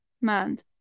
Man